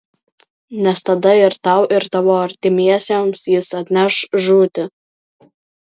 nes tada ir tau ir tavo artimiesiems jis atneš žūtį